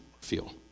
feel